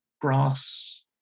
brass